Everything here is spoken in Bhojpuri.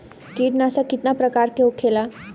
कीटनाशक कितना प्रकार के होखेला?